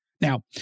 Now